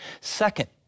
Second